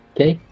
Okay